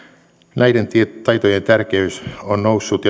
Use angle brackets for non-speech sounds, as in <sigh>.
näiden taitojen tärkeys on noussut <unintelligible>